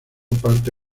parte